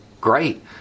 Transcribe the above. Great